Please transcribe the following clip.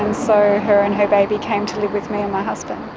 and so her and her baby came to live with me and my husband.